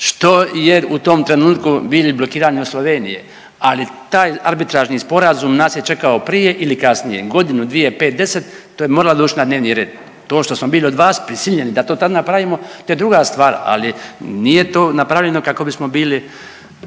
što je u tom trenutku bili blokirani u Sloveniji, ali taj arbitražni sporazum nas je čekao prije ili kasnije, godinu, dvije, pet, deset to je moralo doći na dnevni red. To što smo bili od vas prisiljeni da to tad napravimo to je druga stvar, ali nije to napravljeno kako bismo bili